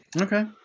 Okay